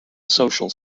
social